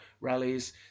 rallies